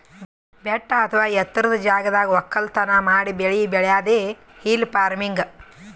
ಬೆಟ್ಟ ಅಥವಾ ಎತ್ತರದ್ ಜಾಗದಾಗ್ ವಕ್ಕಲತನ್ ಮಾಡಿ ಬೆಳಿ ಬೆಳ್ಯಾದೆ ಹಿಲ್ ಫಾರ್ಮಿನ್ಗ್